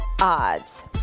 Odds